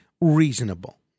reasonable